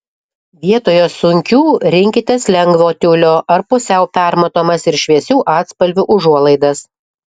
vietoje sunkių rinkitės lengvo tiulio ar pusiau permatomas ir šviesių atspalvių užuolaidas